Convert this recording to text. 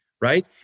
right